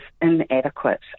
inadequate